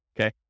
okay